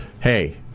Hey